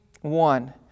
one